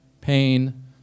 pain